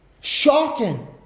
Shocking